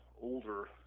older